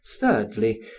thirdly